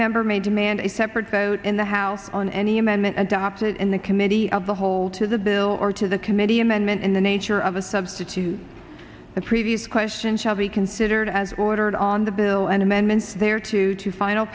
member may demand a separate vote in the house on any amendment adopted in the committee of the whole to the bill or to the committee amendment in the nature of a substitute the previous question shall be considered as ordered on the bill and amendments there to to final